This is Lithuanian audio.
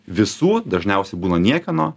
visų dažniausiai būna niekieno